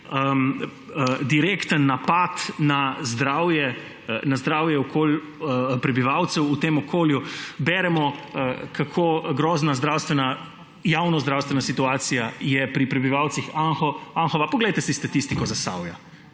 direkten napad na zdravje prebivalcev v tem okolju. Beremo, kako grozna zdravstvena, javnozdravstvena situacija je pri prebivalcih Anhova. Poglejte si statistiko Zasavja